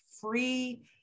free